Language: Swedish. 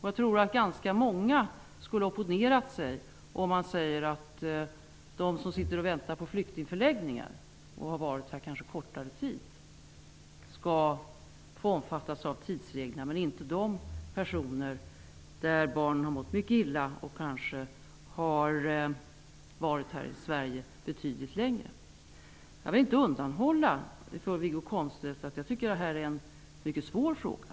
Jag tror att ganska många skulle opponera sig om man sa att de som sitter på flyktingförläggningar och väntar, och som kanske har varit här en kortare tid, skall få omfattas av tidsreglerna men inte de personer med barn som har mått mycket illa och som kanske har varit här i Sverige betydligt längre. Jag vill inte undanhålla för Wiggo Komstedt att jag tycker att detta är en mycket svår fråga.